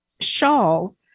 shawl